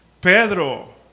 Pedro